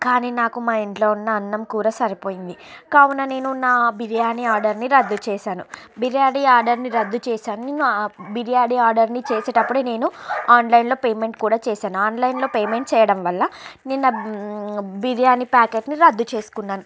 కాని నాకు మా ఇంట్లో ఉన్న అన్నం కూర సరిపోయింది కావున నేను నా బిర్యానీ ఆర్డర్ ని రద్దు చేసాను బిర్యానీ ఆర్డర్ ని రద్దు చేసాను నేను ఆ బిర్యానీ ఆర్డర్ ని చేసేటప్పుడే నేను ఆన్లైన్ లో పేమెంట్ కూడా చేసాను ఆన్లైన్ లో పేమెంట్ చేయడం వల్ల నేనా బిర్యానీ ప్యాకెట్ ని రద్దు చేస్కున్నాను